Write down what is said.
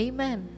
Amen